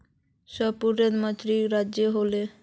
पशुपालन मंत्री श्री राजेन्द्र होला?